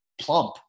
plump